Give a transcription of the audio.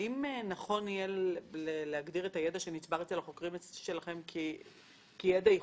האם נכון יהיה להגדיר את הידע שנצבר אצל החוקרים שלכם כידע ייחודי,